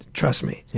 trust me.